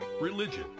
religion